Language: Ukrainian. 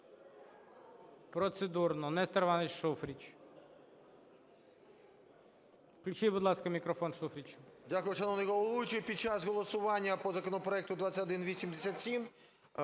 Процедурно Нестор Іванович Шуфрич. Включіть, будь ласка, мікрофон Шуфричу.